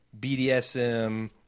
BDSM